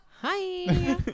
hi